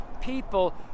people